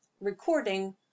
Recording